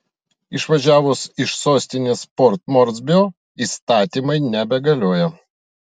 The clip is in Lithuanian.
išvažiavus iš sostinės port morsbio įstatymai nebegalioja